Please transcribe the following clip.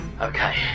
Okay